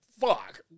Fuck